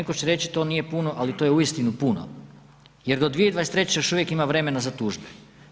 Neko će reći to nije puno, ali to je uistinu puno jer do 2023. još uvijek ima vremena za tužbe.